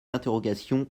interrogations